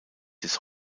des